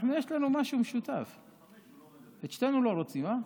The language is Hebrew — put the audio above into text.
יש לנו משהו משותף, את שנינו לא רוצים, הא?